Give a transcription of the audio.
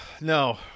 No